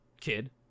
kid